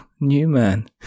Newman